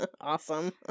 Awesome